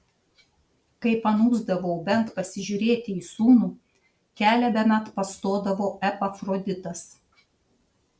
kai panūsdavau bent pasižiūrėti į sūnų kelią bemat pastodavo epafroditas